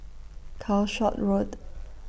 Calshot Road